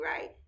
right